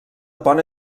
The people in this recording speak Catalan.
pont